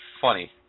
funny